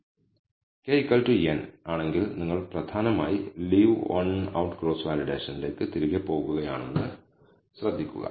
k n ആണെങ്കിൽ നിങ്ങൾ പ്രധാനമായി Leave One Out Cross Validation ലേക്ക് തിരികെ പോകുകയാണെന്ന് ശ്രദ്ധിക്കുക